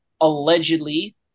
allegedly